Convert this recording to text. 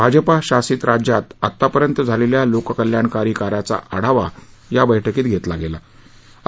भाजपा शासित राज्यात आत्तापर्यंत झालेल्या लोककल्याणकारी कार्याचा आढावा या बैठकीत घेतला गेल्याचं समजतं